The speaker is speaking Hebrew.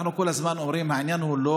אנחנו כל הזמן אומרים שהעניין הוא לא